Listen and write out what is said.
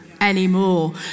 anymore